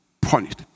punished